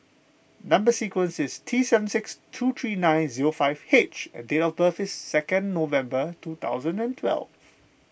Number Sequence is T seven six two three nine zero five H and date of birth is second November two thousand and twelve